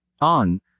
On